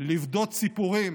לבדות סיפורים